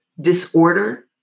disorder